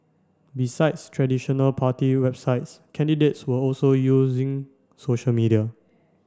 besides traditional party websites candidates were also using social media